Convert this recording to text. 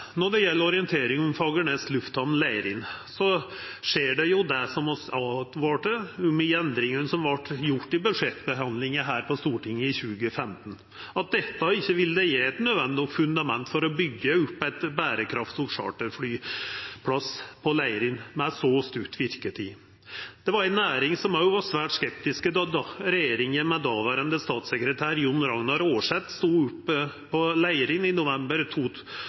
Når det gjeld orienteringa om Fagernes lufthamn Leirin: Det skjer, det som vi åtvara om. I samband med endringane som vart gjort i budsjettbehandlinga på Stortinget i 2015, åtvara vi om at dette ikkje ville gje eit nødvendig fundament for å byggja opp ein berekraftig charterflyplass på Leirin, med så stutt verketid. Det var ei næring som også var svært skeptisk då regjeringa ved dåverande statssekretær John-Ragnar Aarset stod på Leirin i november